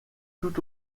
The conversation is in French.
tout